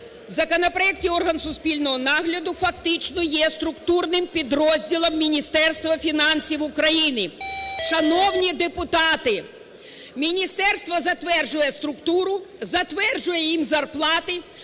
В законопроекті орган суспільного нагляду фактично є структурним підрозділом Міністерства фінансів України. Шановні депутати, міністерство затверджує структуру, затверджує їм зарплати,